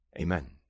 Amen